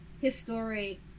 historic